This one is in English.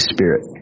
Spirit